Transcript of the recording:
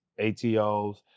ATOs